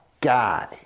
guy